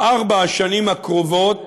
בארבע השנים הקרובות,